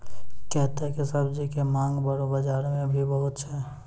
कैता के सब्जी के मांग बड़ो बाजार मॅ भी बहुत छै